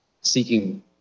seeking